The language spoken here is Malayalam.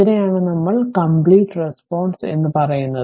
ഇതിനെ ആണ് നമ്മൾ കമ്പ്ലീറ്റ് റെസ്പോൺസ് എന്ന് പറയുന്നത്